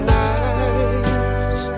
nights